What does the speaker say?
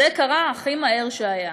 זה קרה הכי מהר שהיה.